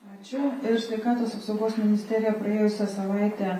mačiau ir sveikatos apsaugos ministerija praėjusią savaitę